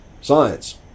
Science